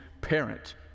parent